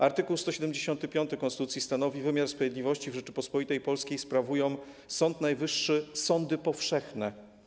Art. 175 konstytucji stanowi: „Wymiar sprawiedliwości w Rzeczypospolitej Polskiej sprawują Sąd Najwyższy, sądy powszechne”